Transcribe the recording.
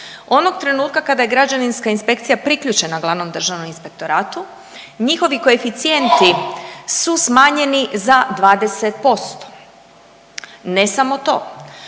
Onog trenutka kada je građevinska inspekcija priključena Glavnom državnom inspektoratu njihovi koeficijenti su smanjeni za 20%. Ne samo to.